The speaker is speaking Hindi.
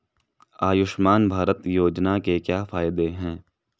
आयुष्मान भारत योजना के क्या फायदे हैं?